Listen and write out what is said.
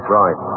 right